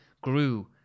grew